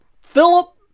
Philip